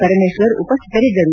ಪರಮೇಶ್ವರ್ ಉಪಸ್ವಿತರಿದ್ದರು